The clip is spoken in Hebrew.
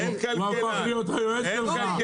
הרי הוא הפך להיות היועץ שלך.